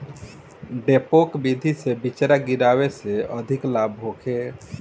डेपोक विधि से बिचरा गिरावे से अधिक लाभ होखे?